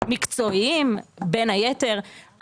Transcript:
מקצועיים בין היתר.